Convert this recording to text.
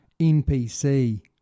NPC